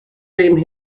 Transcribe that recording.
same